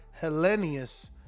Hellenius